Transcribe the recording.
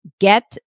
get